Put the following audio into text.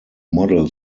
model